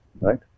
Right